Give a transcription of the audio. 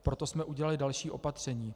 Proto jsme udělali další opatření.